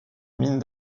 mines